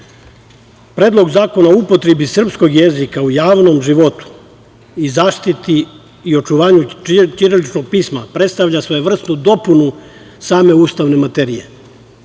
za. Predlog zakona o upotrebi srpskog jezika u javnom životu i zaštiti i očuvanju ćiriličnog pisma predstavlja svojevrsnu dopunu same ustavne materije.